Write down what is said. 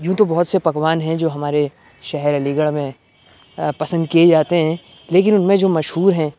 یوں تو بہت سے پکوان ہیں جو ہمارے شہر علی گڑھ میں پسند کیے جاتے ہیں لیکن ان میں جو مشہور ہیں